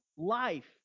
life